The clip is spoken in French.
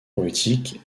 poétique